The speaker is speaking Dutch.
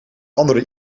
andere